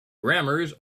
grammars